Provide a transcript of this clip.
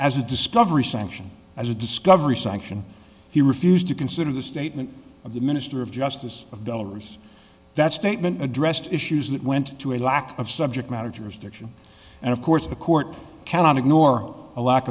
as a discovery sanction as a discovery sanction he refused to consider the statement of the minister of justice of dollars that statement addressed issues that went to a lack of subject matter jurisdiction and of course the court cannot ignore a lack